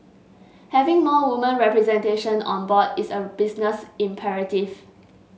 having more women representation on board is a business imperative